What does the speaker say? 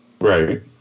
Right